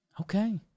Okay